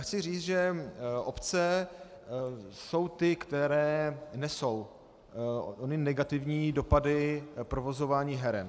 Chci říct, že obce jsou ty, které nesou ony negativní dopady provozování heren.